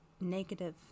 negative